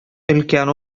өлкән